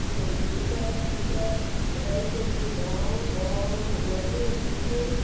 ग़ुल फुल वैद्ध जूं दवाऊं वबाऊं जड़ियूं बूटियूं